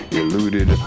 eluded